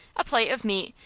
a plate of meat,